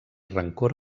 rancor